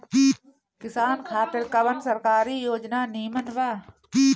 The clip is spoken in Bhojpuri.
किसान खातिर कवन सरकारी योजना नीमन बा?